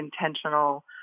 intentional